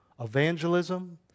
evangelism